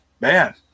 man